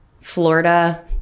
Florida